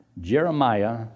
Jeremiah